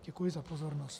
Děkuji za pozornost.